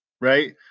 Right